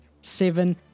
Seven